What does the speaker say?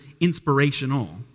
inspirational